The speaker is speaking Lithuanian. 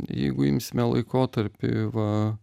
jeigu imsime laikotarpį va